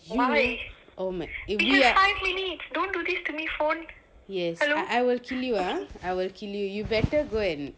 you oh my god yes I will kill you I will kill you you better go and